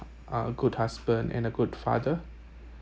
a good husband and a good father